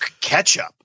Ketchup